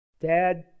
Dad